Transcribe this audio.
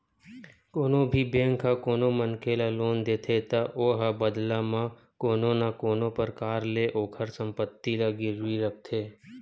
कोनो भी बेंक ह कोनो मनखे ल लोन देथे त ओहा बदला म कोनो न कोनो परकार ले ओखर संपत्ति ला गिरवी रखथे